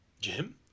Jim